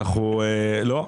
לא.